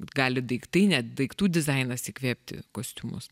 gali daiktai net daiktų dizainas įkvėpti kostiumus